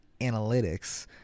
analytics